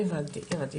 אלון זקס,